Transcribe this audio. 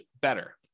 better